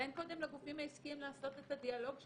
תן קודם לגופים העסקיים לעשות את הדיאלוג שלהם.